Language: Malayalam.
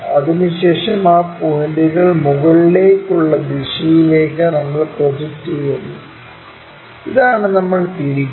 അതിനുശേഷം ആ പോയിന്റുകൾ മുകളിലേക്കുള്ള ദിശയിലേക്ക് നമ്മൾ പ്രൊജക്റ്റുചെയ്യുന്നു ഇതാണ് നമ്മൾ തിരിക്കുന്നത്